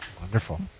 Wonderful